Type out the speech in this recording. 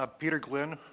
ah peter glynn,